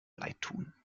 leidtun